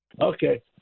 Okay